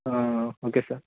okay sir